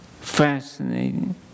fascinating